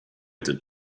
did